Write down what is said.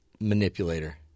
manipulator